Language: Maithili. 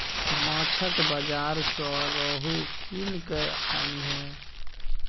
माछक बाजार सँ रोहू कीन कय आनिहे